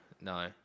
No